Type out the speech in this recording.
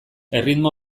erritmo